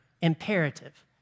imperative